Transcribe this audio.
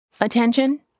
Attention